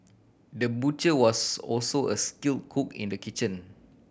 the butcher was also a skill cook in the kitchen